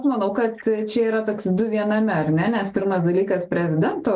manau kad čia yra toks du viename ar ne nes pirmas dalykas prezidento